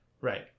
Right